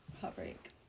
Heartbreak